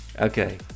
okay